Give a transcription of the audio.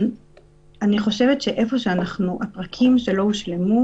אני חושבת שהפרקים שלא הושלמו,